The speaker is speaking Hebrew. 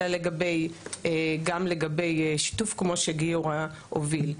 אלא גם לגבי שיתוף כמו שגיורא הוביל.